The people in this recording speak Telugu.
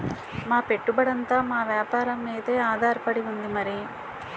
మా పెట్టుబడంతా మా వేపారం మీదే ఆధారపడి ఉంది మరి